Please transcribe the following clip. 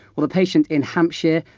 well the patient in hampshire,